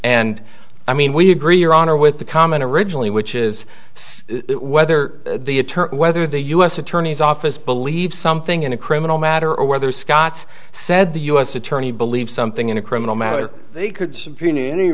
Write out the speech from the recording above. and i mean we agree your honor with the comment originally which is whether the attorney whether the u s attorney's office believes something in a criminal matter or whether scott's said the u s attorney believes something in a criminal matter they could